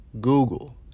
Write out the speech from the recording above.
Google